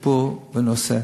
שיפור בנושא.